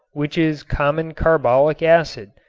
which is common carbolic acid,